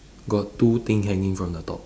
got two thing hanging from the top